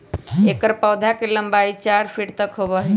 एकर पौधवा के लंबाई चार फीट तक होबा हई